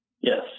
Yes